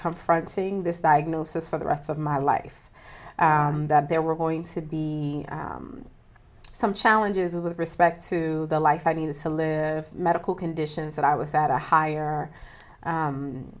conferencing this diagnosis for the rest of my life that there were going to be some challenges with respect to the life i needed to live medical conditions that i was at a higher